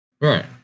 Right